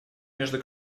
между